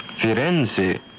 Firenze